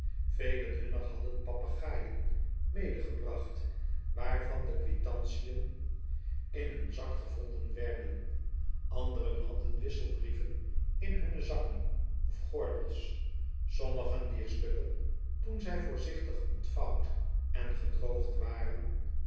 velen hunner hadden papegaaien medegebracht waarvan de quitantiën in hun zak gevonden werden anderen hadden wisselbrieven in hunne zakken of gordels sommigen dier stukken toen zij voorzichtig ontvouwd en gedroogd waren